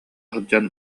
сылдьан